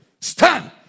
Stand